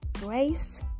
grace